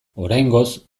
oraingoz